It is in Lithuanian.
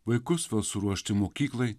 vaikus suruošti mokyklai